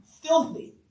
filthy